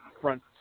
front